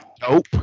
dope